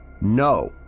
No